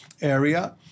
area